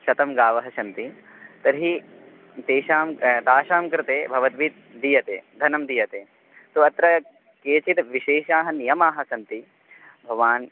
शतगावः शन्ति तर्हि तेषां तेषां कृते भवद्भिः दीयते धनं दीयते तु अत्र केचित् विशेषाः नियमाः सन्ति भवान्